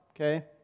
okay